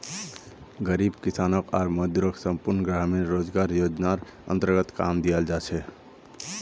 गरीब किसान आर मजदूरक संपूर्ण ग्रामीण रोजगार योजनार अन्तर्गत काम दियाल जा छेक